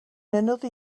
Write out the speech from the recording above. another